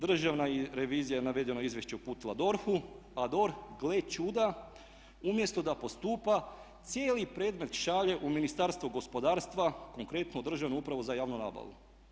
Državna revizija je navedeno izvješće uputila DORH-u a DORH, gle čuda umjesto da postupa cijeli predmet šalje u Ministarstvo gospodarstva, konkretno u Državnu upravu za javnu nabavu.